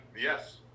yes